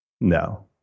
No